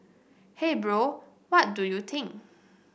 hey Bro what do you think